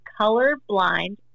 colorblind